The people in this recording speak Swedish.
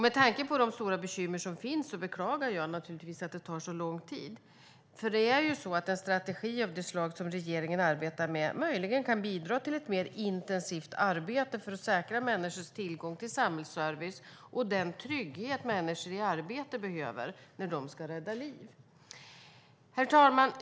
Med tanke på de stora bekymmer som finns beklagar jag naturligtvis att det tar så lång tid, för det är ju så att en strategi av det slag som regeringen arbetar med möjligen kan bidra till ett mer intensivt arbete för att säkra människors tillgång till samhällsservice och den trygghet som människor i arbete behöver när de ska rädda liv. Herr talman!